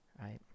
right